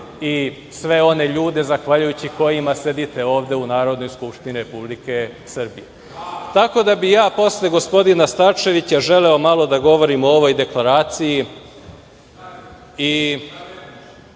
i sve one ljude zahvaljujući kojima sedite ovde u Narodnoj skupštini Republike Srbije. Tako da bih ja posle gospodina Starčevića želeo malo da govorim o ovoj deklaraciji